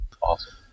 Awesome